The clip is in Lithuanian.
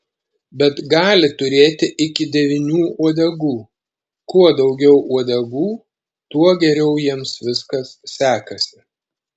bet gali turėti iki devynių uodegų kuo daugiau uodegų tuo geriau jiems viskas sekasi